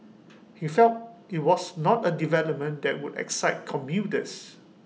he felt IT was not A development that would excite commuters